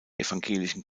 evangelischen